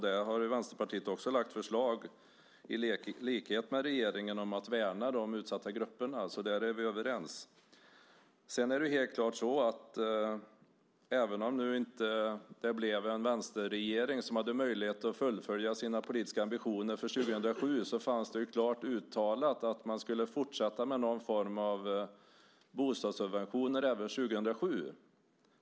Där har Vänsterpartiet i likhet med regeringen lagt fram förslag om att värna de utsatta grupperna. Där är vi överens. Även om det inte blev en vänsterregering som hade möjlighet att fullfölja sina politiska ambitioner för 2007 fanns det klart uttalat att man skulle fortsätta med någon form av bostadssubventioner även 2007.